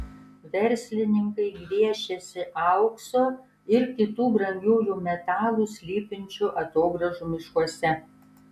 verslininkai gviešiasi aukso ir kitų brangiųjų metalų slypinčių atogrąžų miškuose